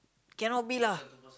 cannot be lah